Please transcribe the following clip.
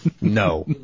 No